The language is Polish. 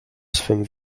swym